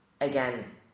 again